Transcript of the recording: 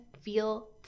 feel